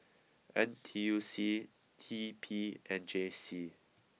N T U C T P and J C